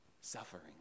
suffering